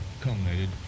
culminated